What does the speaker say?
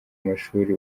amashuri